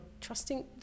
trusting